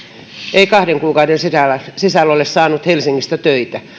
ei kahden kuukauden sisällä ole saanut helsingistä töitä